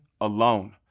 alone